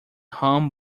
home